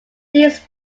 these